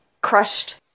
crushed